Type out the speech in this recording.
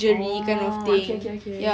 oh okay okay okay